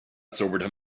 sobered